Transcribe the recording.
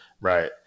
Right